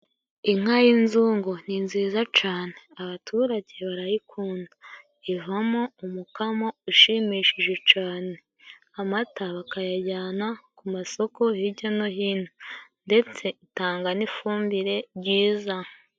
Inka y'inzungu ni nziza cane. Abaturage barayikunda. Ivamo umukamo ushimishije cane. Amata bakayajyana ku masoko hirya no hino. Ndetse itanga n'ifumbire jyiza.